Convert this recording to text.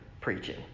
preaching